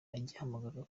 agihamagarwa